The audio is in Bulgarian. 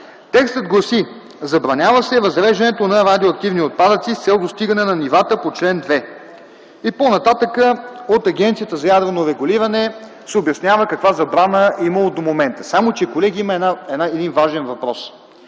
Текстът гласи: „Забранява се разреждането на радиоактивни отпадъци с цел достигане на нивата по чл. 2.” По-нататък от Агенцията за ядрено регулиране се обяснява каква забрана е имало до момента. Колеги, тук има един важен въпрос.